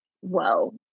whoa